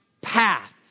path